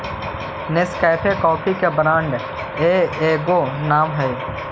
Nescafe coffee के brand के एगो नाम हई